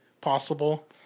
possible